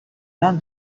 than